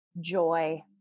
joy